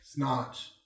Snotch